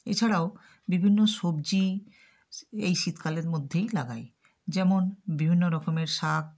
এছাড়াও বিভিন্ন সবজি এই শীতকালের মধ্যেই লাগাই যেমন বিভিন্ন রকমের শাক